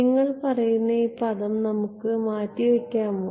നിങ്ങൾ പറയുന്ന ഈ പദം നമുക്ക് മാറ്റി വയ്ക്കാമോ